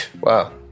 wow